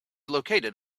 located